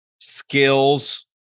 skills